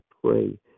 pray